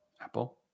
Apple